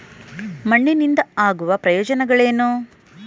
ಮಣ್ಣಿನಿಂದ ಆಗುವ ಪ್ರಯೋಜನಗಳೇನು?